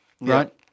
Right